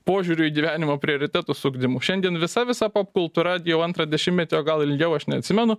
požiūrio į gyvenimo prioritetus ugdymu šiandien visa visa popkultūra jau antrą dešimtmetį o gal ilgiau aš neatsimenu